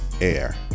Air